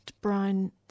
Brian